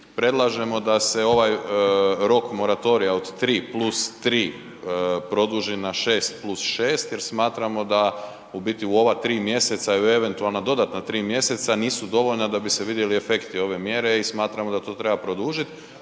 predlažemo da se ovaj rok moratorija od 3+3 produži na 6+6 jer smatramo da u biti u ova 3 mjeseca i u eventualna dodatna 3 mjeseca nisu dovoljna da bi se vidjeli efekti ove mjere i smatramo da to treba produžit